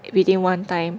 within one time